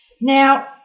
Now